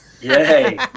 Yay